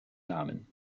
namen